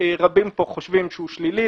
שרבים פה חושבים שהוא שלילי,